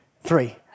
Three